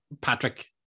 Patrick